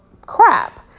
crap